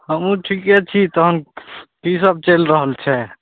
हमहुँ ठीके छी तखन की सब चलि रहल छै